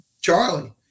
Charlie